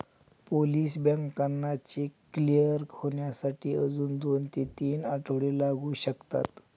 Polish बँकांना cheque clear होण्यासाठी अजून दोन ते तीन आठवडे लागू शकतात